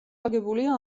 აგებულია